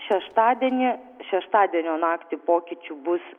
šeštadienį šeštadienio naktį pokyčių bus